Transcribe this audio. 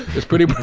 it's pretty pretty